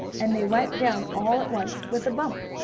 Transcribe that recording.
and they went down, all at once, with a bump!